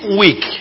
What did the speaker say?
week